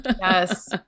Yes